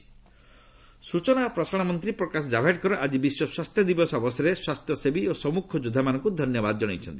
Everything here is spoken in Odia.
ପ୍ରକାଶ ଜାବଡେକର ସୂଚନା ଓ ପ୍ରସାରଣ ମନ୍ତ୍ରୀ ପ୍ରକାଶ ଜାବଡେକର ଆଜି ବିଶ୍ୱ ସ୍ୱାସ୍ଥ୍ୟ ଦିବସ ଅବସରରେ ସ୍ୱାସ୍ଥ୍ୟସେବୀ ଓ ସମ୍ମୁଖ ଯୋଦ୍ଧାମାନଙ୍କୁ ଧନ୍ୟବାଦ ଜଣାଇଛନ୍ତି